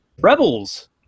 Rebels